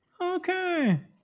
Okay